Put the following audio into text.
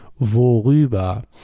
Worüber